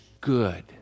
good